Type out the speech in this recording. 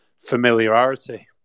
familiarity